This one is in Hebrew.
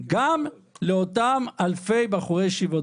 גם לאותם אלפי בחורי ישיבות.